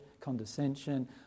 condescension